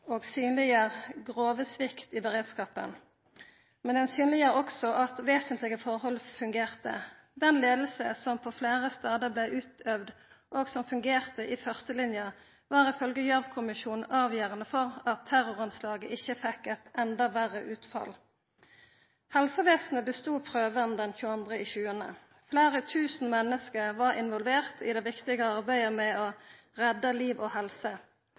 og synleggjer grove svikt i beredskapen, men han synleggjer også at vesentlege forhold fungerte. Den leiinga som på fleire stader blei utøvd og som fungerte i førstelinja, var ifølgje Gjørv-kommisjonen avgjerande for at terroranslaget ikkje fekk eit enda verre utfall. Helsevesenet bestod prøven den 22. juli. Fleire tusen menneske var involverte i det viktige arbeidet med å redda liv og helse.